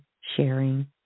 sharing